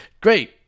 Great